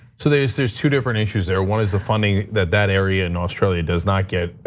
so there's there's two different issues there. one is the funding that that area in australia does not get,